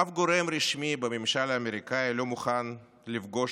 אף גורם רשמי בממשלה האמריקאי לא מוכן לפגוש